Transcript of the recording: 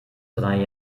drei